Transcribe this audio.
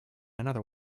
another